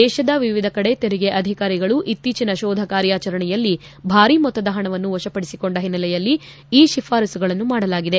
ದೇಶದ ವಿವಿಧ ಕಡೆ ತೆರಿಗೆ ಅಧಿಕಾರಿಗಳು ಇತ್ತೀಚಿನ ಶೋಧ ಕಾರ್ಯಾಚರಣೆಗಳಲ್ಲಿ ಭಾರೀ ಮೊತ್ತದ ಪಣವನ್ನು ವಶಪಡಿಸಿಕೊಂಡ ಹಿನ್ನೆಲೆಯಲ್ಲಿ ಈ ಶಿಫಾರಸ್ಸುಗಳನ್ನು ಮಾಡಲಾಗಿದೆ